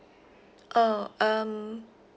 oh um